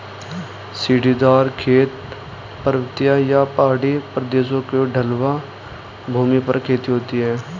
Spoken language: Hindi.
सीढ़ीदार खेत, पर्वतीय या पहाड़ी प्रदेशों की ढलवां भूमि पर खेती होती है